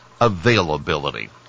availability